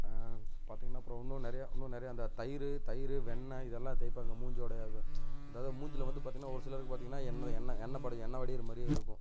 பார்த்திங்கன்னா அப்புறம் இன்னும் நிறையா இன்னும் நிறையா அந்த தயிர் தயிர் வெண்ணெய் இதெல்லாம் தேய்ப்பாங்க மூஞ்சிவுடைய ப அதாவது மூஞ்சில் வந்து பார்த்திங்கனா ஒரு சிலருக்கு வந்து பார்த்திங்கனா எண்ணெய் தான் எண்ணெய் எண்ணெப்படியும் எண்ணெய் வடிகிற மாதிரியே இருக்கும்